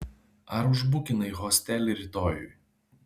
ar užbukinai hostelį rytojui